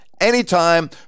anytime